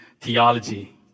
theology